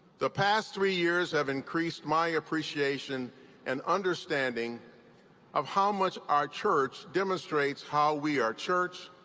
the past three years have increased myappreciation and understanding of how much our church demonstrates how we are church,